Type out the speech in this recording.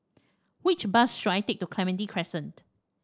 which bus should I take to Clementi Crescent